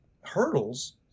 hurdles